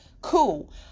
Cool